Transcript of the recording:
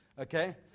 Okay